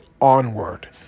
onward